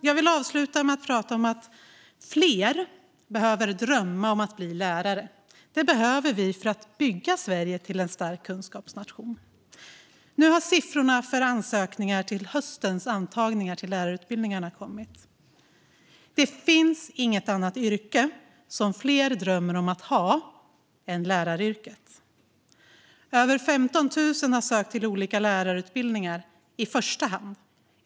Jag vill avsluta med att prata om att fler behöver drömma om att bli lärare. Det behöver vi för att bygga Sverige till en stark kunskapsnation. Nu har siffrorna för ansökningarna till höstens antagningar till lärarutbildningarna kommit. Det finns inget annat yrke som fler drömmer om att ha än läraryrket. Över 15 000 har sökt till olika lärarutbildningar i första hand.